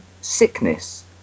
sickness